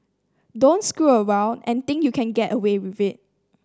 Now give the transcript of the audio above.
don't screw around and think you can get away with it